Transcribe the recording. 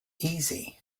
easy